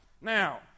Now